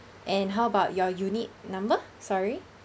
and how about your unit number sorry